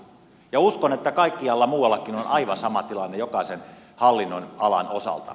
uskon että kaikkialla muuallakin on aivan sama tilanne jokaisen hallinnonalan osalta